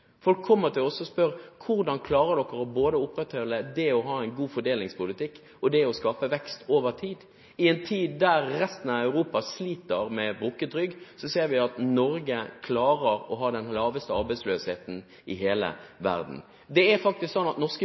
Folk kommer til oss og spør: Hvordan klarer dere å opprettholde både det å ha en god fordelingspolitikk og det å skape vekst over tid? I en tid da resten av Europa sliter med brukket rygg, ser vi at Norge klarer å ha den laveste arbeidsløsheten i hele verden. Det er faktisk slik at norske